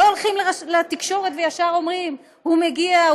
לא הולכים לתקשורת וישר אומרים: הוא מגיע,